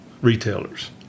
retailers